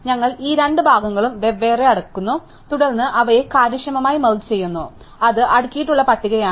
ഞങ്ങൾ ഈ രണ്ട് ഭാഗങ്ങളും വെവ്വേറെ അടുക്കുന്നു തുടർന്ന് ഞങ്ങൾ അവയെ കാര്യക്ഷമമായി മെർജ് ചെയുന്നു അത് അടുക്കിയിട്ടുള്ള പട്ടികയാണ്